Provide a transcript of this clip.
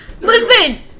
Listen